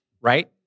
right